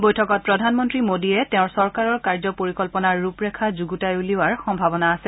বৈঠকত প্ৰধানমন্ত্ৰী মোডীয়ে তেওঁৰ চৰকাৰৰ কাৰ্য পৰিকল্পনাৰ ৰূপৰেখা যুগুতাই উলিওৱাৰ সম্ভাৱনা আছে